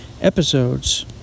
episodes